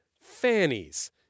fannies